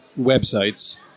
websites